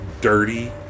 dirty